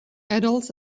adults